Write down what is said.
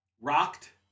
Rocked